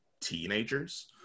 teenagers